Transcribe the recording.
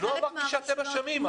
לא אמרתי שאתם אשמים.